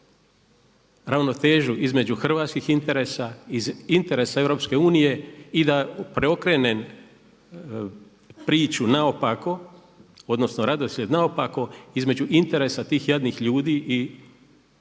ravnotežu između hrvatskih interesa i interesa EU i da preokrenem priču naopako odnosno redoslijed naopako između interesa tih jadnih ljudi i